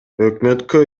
өкмөткө